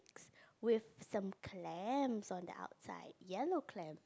with some clams on the outside yellow clam